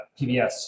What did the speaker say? PBS